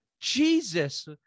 Jesus